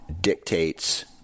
dictates